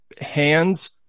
hands